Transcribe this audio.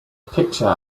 picture